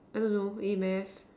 I don't know A math